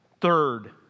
Third